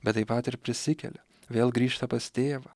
bet taip pat ir prisikelia vėl grįžta pas tėvą